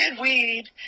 weed